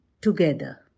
together